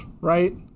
right